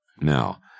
Now